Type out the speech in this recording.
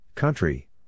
Country